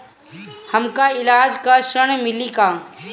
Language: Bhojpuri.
हमका ईलाज ला ऋण मिली का?